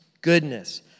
goodness